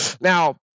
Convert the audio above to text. now